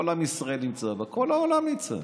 כל עם ישראל נמצא בה, כל העולם נמצא.